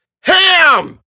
HAM